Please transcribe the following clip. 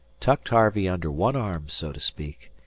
tucked harvey under one arm, so to speak,